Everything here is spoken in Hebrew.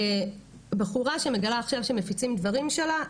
בחורה שמגלה שמפיצים דברים שלה,